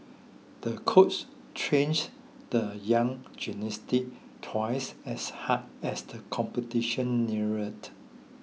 the coach trained the young gymnastic twice as hard as the competition neared